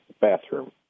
bathroom